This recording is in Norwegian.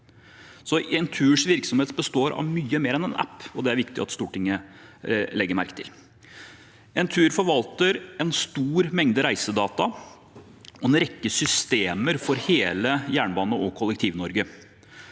Enturs virksomhet består av mye mer enn en app, og det er det viktig at Stortinget legger merke til. Entur forvalter en stor mengde reisedata og en rekke systemer for hele Jernbane- og Kollektiv-Norge.